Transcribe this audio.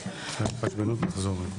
נתקדם.